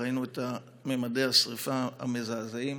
ראינו את ממדי השרפה המזעזעים.